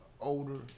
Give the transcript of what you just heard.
older